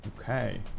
Okay